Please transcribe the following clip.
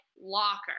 locker